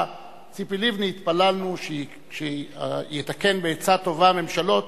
ציפי לבני התפללנו שיתקן בעצה טובה ממשלות.